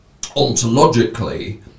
ontologically